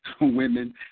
women